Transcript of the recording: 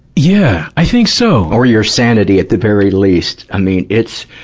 yeah, i think so. or, your sanity, at the very least. i mean, it's,